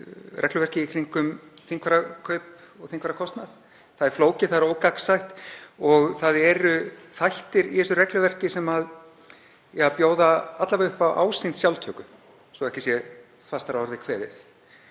regluverkið í kringum þingfararkaup og þingfararkostnað. Það er flókið, það er ógagnsætt og það eru þættir í þessu regluverki sem bjóða alla vega upp á ásýnd sjálftöku, svo ekki sé fastar að orði kveðið.